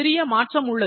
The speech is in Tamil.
சிறிய மாற்றம் உள்ளது